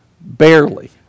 Barely